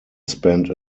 spent